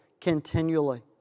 continually